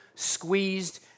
squeezed